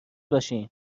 باشین